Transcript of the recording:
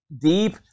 deep